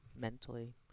mentally